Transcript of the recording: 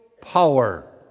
power